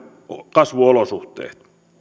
kasvuolosuhteet